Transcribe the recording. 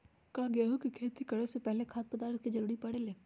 का गेहूं के खेती करे से पहले भी खाद्य पदार्थ के जरूरी परे ले?